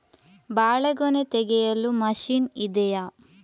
ಬಾಳೆಗೊನೆ ತೆಗೆಯಲು ಮಷೀನ್ ಇದೆಯಾ?